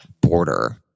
border